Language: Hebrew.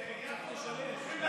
יעקב, על עיכוב כזה צריך לשלם.